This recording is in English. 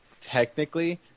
Technically